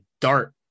dart